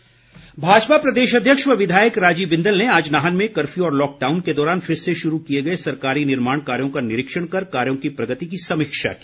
बिंदल भाजपा प्रदेश अध्यक्ष व विधायक राजीव बिंदल ने आज नाहन में कर्फ्यू और लॉकडाउन के दौरान फिर से शुरू किए गए सरकारी निर्माण कार्यों का निरीक्षण कर कार्यों की प्रगति की समीक्षा की